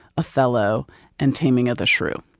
othello and taming of the shrew.